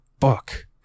fuck